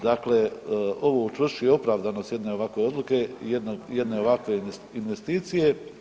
Dakle, ovo učvršćuje opravdanost jedne ovakve odluke, jedne ovakve investicije.